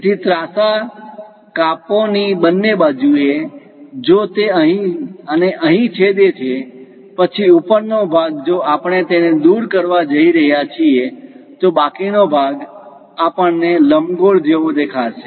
તેથી ત્રાસા કાપો ની બંને બાજુ એ જો તે અહીં અને અહીં છેદે છે પછી ઊપરનો ભાગ જો આપણે તેને દૂર કરવા જઈ રહ્યા છીએ તો બાકીનો ભાગ આપણ ને લંબગોળ જેવો દેખાશે